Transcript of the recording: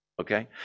okay